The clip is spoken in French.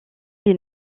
les